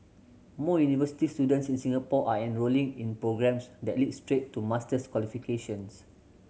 more university students in Singapore are enrolling in programmes that lead straight to master's qualifications